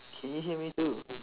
can you hear me too